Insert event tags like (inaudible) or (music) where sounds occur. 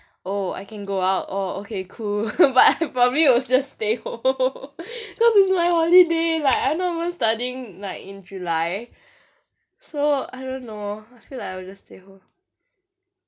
oh I can go out oh okay cool but I probably will just stay home (laughs) cause it's my holiday like I not even studying like in july so I don't know I feel like I will just stay home